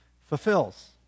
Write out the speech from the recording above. fulfills